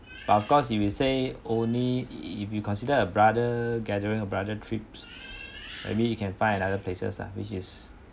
but of course if you say only if if you consider a brother gathering a brother trips maybe you can find another places lah which is